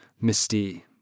misty